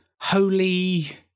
holy